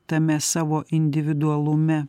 tame savo individualume